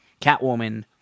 Catwoman